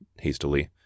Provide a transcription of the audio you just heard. hastily